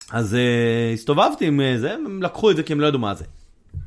אז הסתובבתי עם איזה הם לקחו את זה כי הם לא ידעו מה זה.